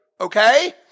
Okay